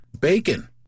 bacon